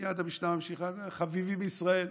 מייד המשנה ממשיכה: "חביבין ישראל,